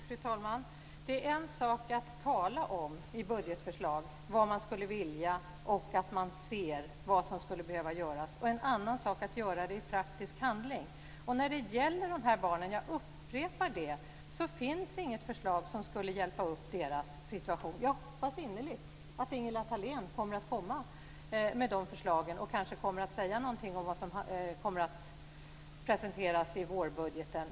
Fru talman! Det är en sak att i budgetförslag tala om vad man skulle vilja och att man ser vad som skulle behöva göras och en annan sak att göra det i praktisk handling. När det gäller de här barnen upprepar jag att det inte finns något förslag som skulle hjälpa upp deras situation. Jag hoppas innerligt att Ingela Thalén kommer med de förslagen och kanske säger någonting om vad som kommer att presenteras i vårbudgeten.